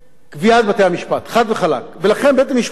ולכן בית-המשפט היה מספיק זהיר להגיד שהשטחים האלה הם שטחים